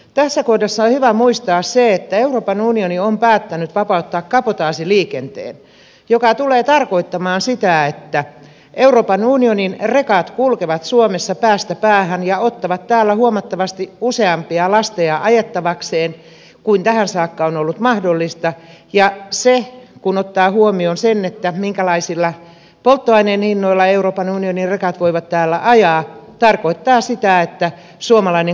tässä kohdassa on hyvä muistaa se että euroopan unioni on päättänyt vapauttaa kabotaasiliikenteen mikä tulee tarkoittamaan sitä että euroopan unionin rekat kulkevat suomessa päästä päähän ja ottavat täällä huomattavasti useampia lasteja ajettavakseen kuin tähän saakka on ollut mahdollista ja kun ottaa huomioon sen minkälaisilla polttoaineen hinnoilla euroopan unionin rekat voivat täällä ajaa se tarkoittaa sitä että suomalainen kuljetusteollisuus kaatuu